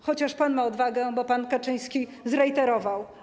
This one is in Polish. Chociaż pan ma odwagę, bo pan Kaczyński zrejterował.